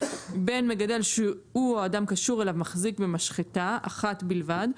בין מגדל שהוא או אדם קשור אליו מחזיק במשחטה אחת בלבד,